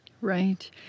Right